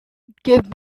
give